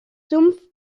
sumpf